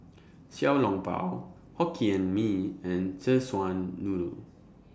Xiao Long Bao Hokkien Mee and Szechuan Noodle